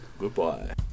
Goodbye